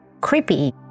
creepy